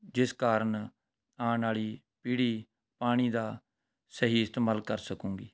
ਜਿਸ ਕਾਰਨ ਆਉਣ ਵਾਲੀ ਪੀੜ੍ਹੀ ਪਾਣੀ ਦਾ ਸਹੀ ਇਸਤੇਮਾਲ ਕਰ ਸਕੇਗੀ